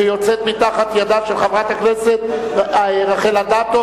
שיוצאת מתחת ידם של חברת הכנסת רחל אדטו